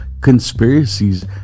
conspiracies